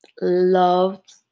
loved